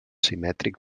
simètrics